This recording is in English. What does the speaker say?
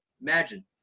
Imagine